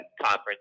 conference